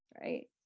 right